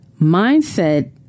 mindset